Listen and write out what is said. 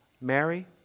Mary